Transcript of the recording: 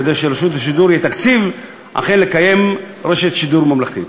כדי שלרשות השידור יהיה תקציב אכן לקיים רשת שידור ממלכתית.